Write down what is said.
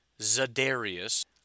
Zadarius